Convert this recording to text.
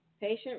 Patient